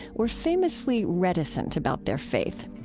were famously reticent about their faith.